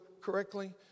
correctly